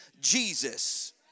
Jesus